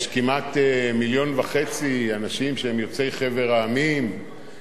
יש כמעט מיליון וחצי אנשים שהם יוצאי חבר המדינות,